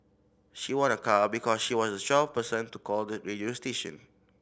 she won a car because she was the twelfth person to call the radio station